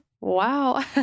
wow